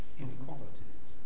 inequalities